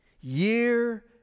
Year